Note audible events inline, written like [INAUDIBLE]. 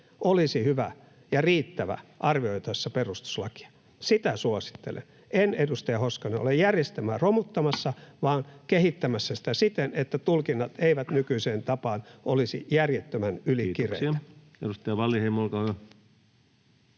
olisi hyvä ja riittävä arvioitaessa perustuslakia. Sitä suosittelen. En, edustaja Hoskonen, ole järjestelmää romuttamassa [NOISE] vaan kehittämässä sitä siten, että tulkinnat eivät nykyiseen tapaan olisi järjettömän ylikireitä. [Speech 88] Speaker: